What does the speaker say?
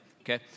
Okay